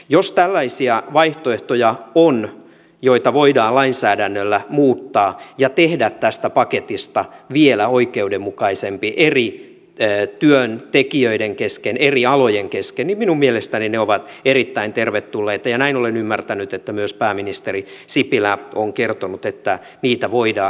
jos on tällaisia vaihtoehtoja joita voidaan lainsäädännöllä muuttaa ja tehdä tästä paketista vielä oikeudenmukaisempi eri työntekijöiden kesken eri alojen kesken niin minun mielestäni ne ovat erittäin tervetulleita ja näin olen ymmärtänyt että myös pääministeri sipilä on kertonut että niitä voidaan esittää